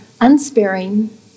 unsparing